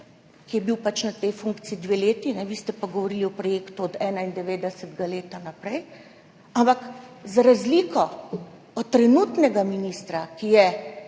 ki je bil pač na tej funkciji dve leti, vi ste pa govorili o projektu od leta 1991 naprej, ampak za razliko od trenutnega ministra, ki je